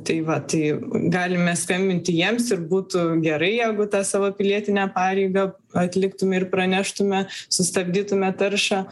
tai va tai galime skambinti jiems ir būtų gerai jeigu tą savo pilietinę pareigą atliktume ir praneštume sustabdytume taršą